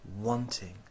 wanting